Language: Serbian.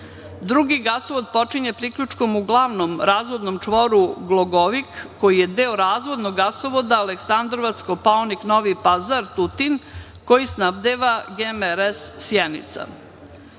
gasovod počinje priključkom u glavnom razvodnom čvoru Glogovik, koji je deo razvodnog gasovoda Aleksandrovac-Kopaonik-Novi Pazar-Tutin, koji snabdeva GMRS